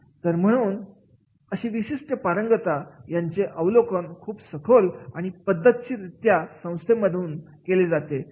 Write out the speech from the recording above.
तर म्हणून अशी विशिष्ट पारंगतता याचे अवलोकन खूप सखोल आणि पद्धतशीर रित्या संस्थेमधून केले जाते